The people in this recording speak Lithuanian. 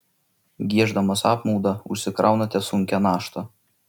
gieždamas apmaudą užsikraunate sunkią naštą